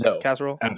casserole